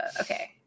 okay